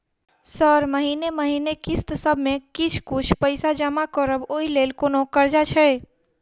Sir महीने महीने किस्तसभ मे किछ कुछ पैसा जमा करब ओई लेल कोनो कर्जा छैय?